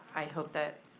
i hope that,